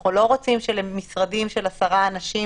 אנחנו לא רוצים שלמשרדים של עשרה אנשים